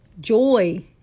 joy